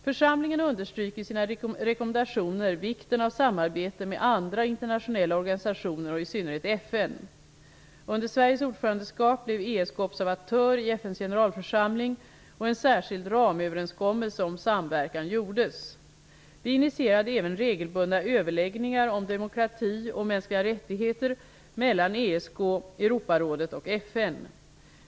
Församlingen understryker i sina rekommendationer vikten av samarbete med andra internationella organisationer och i synnerhet FN. observatör i FN:s generalförsamling och en särskild ramöverenskommelse om samverkan gjordes. Vi inititerade även regelbundna överläggningar om demokrati och mänskliga rättigheter mellan ESK, Europarådet och FN.